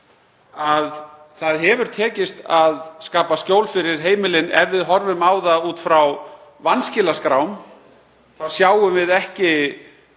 Það hefur tekist að skapa skjól fyrir heimilin ef við horfum á það út frá vanskilaskrám. Við sjáum ekki